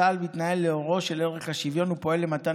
צה"ל מתנהל לאורו של ערך השוויון ופועל למתן